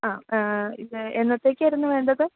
ആ ഇത് എന്നത്തേക്കായിരുന്നു വേണ്ടത്